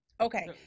Okay